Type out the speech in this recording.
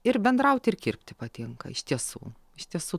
ir bendrauti ir kirpti patinka iš tiesų iš tiesų